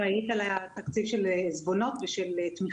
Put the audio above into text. אחראית על התקציב של עיזבונות ותמיכות.